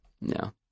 no